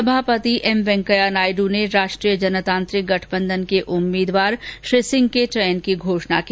सभापति एम वेंकैया नायड ने राष्ट्रीय जनतांत्रिक गठबंधन के उम्मीदवार श्री सिंह के चयन की घोषणा की